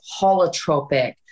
holotropic